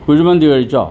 കുഴിമന്തി കഴിച്ചോ